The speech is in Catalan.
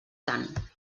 tant